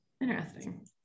Interesting